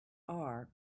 are